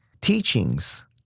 teachings